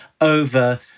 over